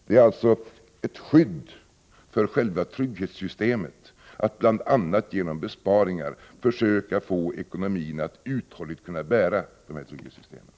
Det är alltså ett skydd för själva trygghetssystemet att bl.a. genom besparingar försöka få ekonomin att uthålligt kunna bära de här trygghetssystemen.